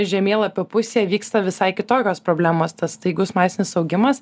žemėlapio pusėje vyksta visai kitokios problemos tas staigus masinis augimas